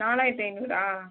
நாலாயிரத்து ஐநூறா